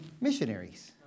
missionaries